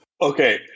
Okay